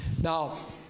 Now